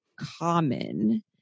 common